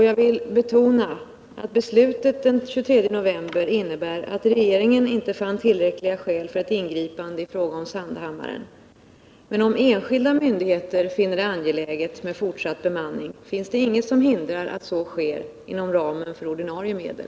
Jag vill betona att beslutet den 23 november innebär att regeringen inte fann tillräckliga skäl för ett ingripande i fråga om Sandhammarens fyrplats. Men om enskilda myndigheter finner det angeläget att bemanningen fortsätts, finns det ingenting som hindrar att så sker inom ramen för ordinarie medel.